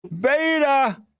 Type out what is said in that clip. Beta